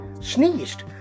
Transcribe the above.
sneezed